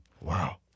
Wow